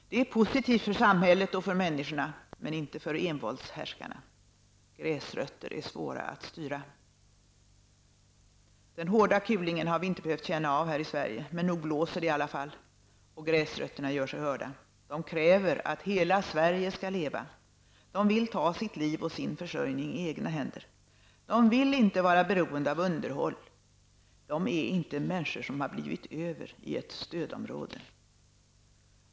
Det är positivt för samhället och för människorna, men inte för envåldshärskarna. Gräsrötter är svåra att styra. Den hårda kulingen har vi inte behövt känna av här i Sverige, men nog blåser det i alla fall. Och gräsrötterna gör sig hörda. De kräver att hela Sverige skall leva, de vill ta sitt liv och sin försörjning i egna händer. De vill inte vara beroende av underhåll, de är inte ''människor som blivit över'' i ett ''stödområde''.